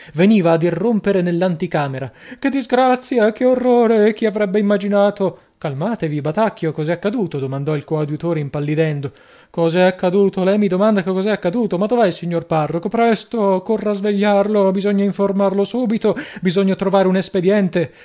veniva ad irrompere nell'anticamera che disgrazia che orrore chi avrebbe immaginato calmatevi batacchio cos'è accaduto domandò il coadiutore impallidendo cos'è accaduto lei mi domanda cos'è accaduto ma dov'è il signor parroco presto corra a svegliarlo bisogna informarlo subito bisogna trovare un espediente